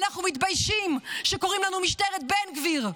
אנחנו מתביישים שקוראים לנו משטרת בן גביר.